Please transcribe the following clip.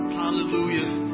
hallelujah